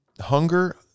hunger